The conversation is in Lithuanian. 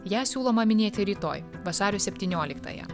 ją siūloma minėti rytoj vasario septynioliktąją